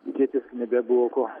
tikėtis nebebuvo ko